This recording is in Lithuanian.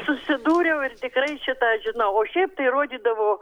susidūriau ir tikrai šitą žinau o šiaip tai rodydavo